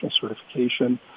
certification